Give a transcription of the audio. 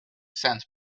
sand